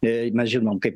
jei mes žinom kaip